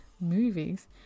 movies